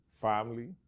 family